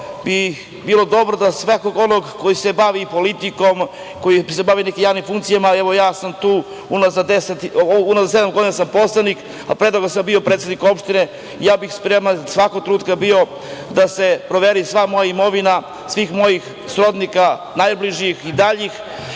bi bilo dobro da svakog onog ko se bavi politikom, koji se bavi nekim javnim funkcijama, evo, ja sam tu unazad sedam godina poslanik, a pre toga sam bio predsednik opštine, ja sam spreman da se svakog trenutka proveri sva moja imovina, svih mojih srodnika, najbližih i daljih,